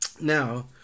Now